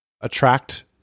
attract